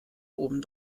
oben